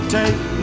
take